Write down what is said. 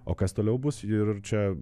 o kas toliau bus ir čia